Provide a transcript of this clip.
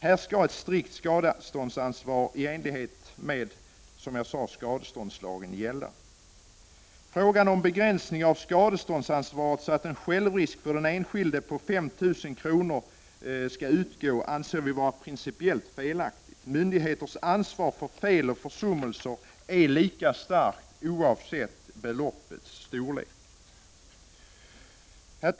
Här skall ett strikt skadeståndsansvar i enlighet med skadeståndslagen gälla. Begränsningen av skadeståndsansvaret enligt lagförslaget så att en självrisk för den enskilde på 5 000 kr. skall utgå anser vi vara principiellt felaktig. Myndigheters ansvar för fel och försummelser är lika stort oavsett beloppets storlek.